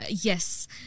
Yes